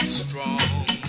strong